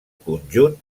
conjunt